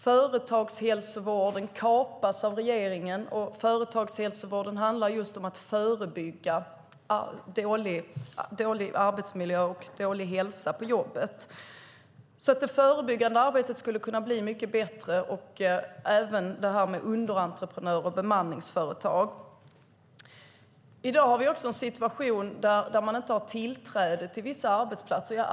Företagshälsovården kapas av regeringen. Företagshälsovården handlar just om att förebygga dålig arbetsmiljö och dålig hälsa på jobbet. Det förebyggande arbetet skulle kunna bli mycket bättre, och även detta med underentreprenörer och bemanningsföretag. I dag har vi också en situation där man inte har tillträde till vissa arbetsplatser.